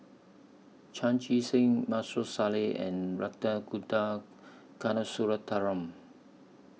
Chan Chee Seng Maarof Salleh and Ragunathar Kanagasuntheram